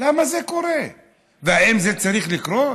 למה זה קורה והאם זה צריך לקרות.